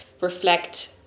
reflect